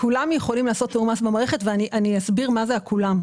כולם יכולים לעשות תיאום מס במערכת ואני אסביר מה זה כולם.